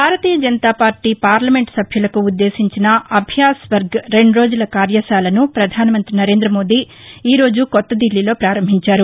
భారతీయ Janata party parliament సభ్యులకు ఉద్దేశించిన అభ్యాస్వర్గ రెండురోజుల కార్యశాలను ప్రధాన మంత్రి నరేంద్రమోదీ ఈ రోజు కొత్త దిల్లీలో పారంభించారు